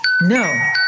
no